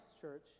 church